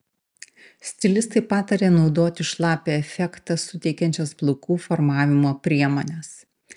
stilistai pataria naudoti šlapią efektą suteikiančias plaukų formavimo priemones